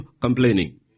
complaining